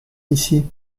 ici